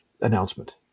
announcement